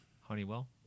Honeywell